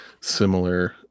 similar